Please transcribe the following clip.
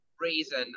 reason